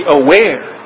aware